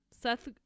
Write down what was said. Seth